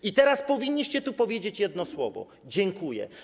I teraz powinniście tu powiedzieć jedno słowo: dziękuję.